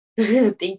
Thank